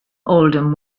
oldham